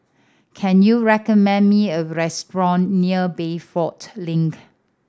can you recommend me a restaurant near Bayfront Link